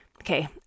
Okay